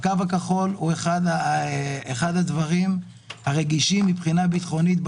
שהוא אחד הדברים הרגישים ביותר מבחינה ביטחונית,